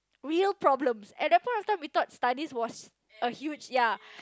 real problems at that point of time we thought studies was a huge ya